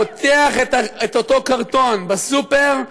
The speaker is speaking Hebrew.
פותח את אותו קרטון בסופר,